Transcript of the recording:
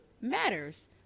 matters